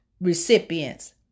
recipients